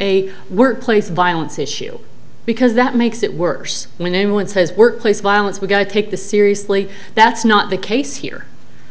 a workplace violence issue because that makes it worse when anyone says workplace violence we've got to take this seriously that's not the case here